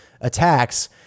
attacks